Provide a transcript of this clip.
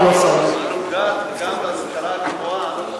היא נוגעת גם בהשכלה הגבוהה.